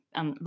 en